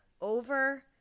over